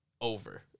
over